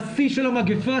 בשיא של המגפה,